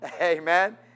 Amen